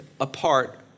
apart